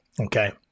okay